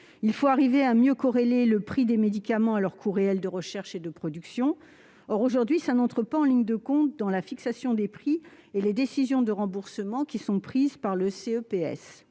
Il faut arriver à mieux corréler le prix des médicaments à leur coût réel de recherche et de production. Or, aujourd'hui, de tels paramètres n'entrent pas en ligne de compte dans la fixation des prix et dans les décisions de remboursement prises par le CEPS.